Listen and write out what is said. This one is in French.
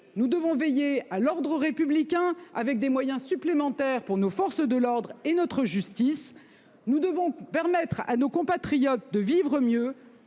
Nous devons veiller à l'ordre républicain en prévoyant des moyens supplémentaires pour nos forces de l'ordre et notre justice. Nous devons permettre à nos compatriotes de vivre mieux